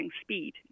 speed